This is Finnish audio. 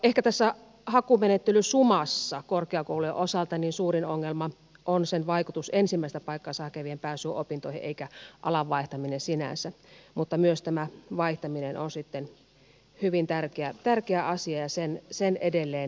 ehkä tässä hakumenettelysumassa korkeakoulujen osalta suurin ongelma on sen vaikutus ensimmäistä paikkaansa hakevien pääsyyn opintoihin eikä alan vaihtaminen sinänsä mutta myös tämä vaihtaminen on sitten hyvin tärkeä asia ja sen edelleen kehittäminen